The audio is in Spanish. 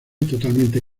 totalmente